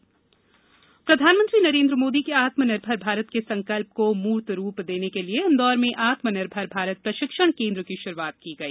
PM आत्मनिर्भर प्रधानमंत्री नरेंद्र मोदी के आत्मनिर्भर भारत के संकल्प को मुर्तरुप देने के लिए इंदौर में आत्मनिर्भर भारत प्रशिक्षण केन्द्र की षुरुआत की गई